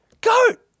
Goat